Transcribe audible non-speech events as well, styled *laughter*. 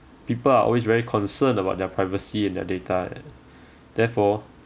people are always very concerned about their privacy and their data *noise* therefore